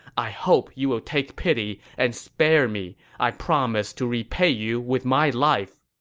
i hope you will take pity and spare me. i promise to repay you with my life!